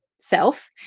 Self